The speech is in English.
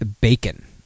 bacon